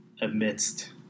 amidst